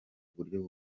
buryo